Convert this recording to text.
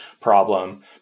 problem